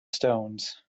stones